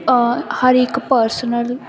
ਹਰ ਇੱਕ ਪਰਸਨਲ